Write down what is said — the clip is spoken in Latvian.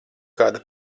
kāda